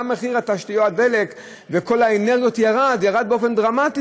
גם מחיר תשתיות הדלק וכל האנרגיות ירד באופן דרמטי,